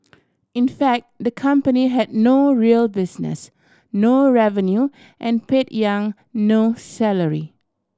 in fact the company had no real business no revenue and paid Yang no salary